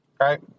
right